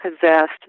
possessed